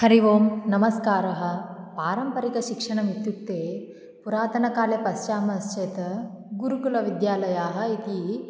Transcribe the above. हरि ओम् नमस्कारः पारम्परिकशिक्षणम् इत्युक्ते पुरातनकाले पश्यामश्चेत् गुरुकुलविद्यालयाः इति